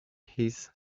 his